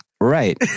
Right